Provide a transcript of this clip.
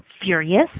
furious